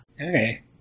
Okay